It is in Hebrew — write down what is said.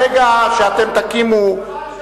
ברגע שאתם תקימו, שמענו שיש משא-ומתן.